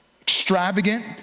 extravagant